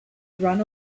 run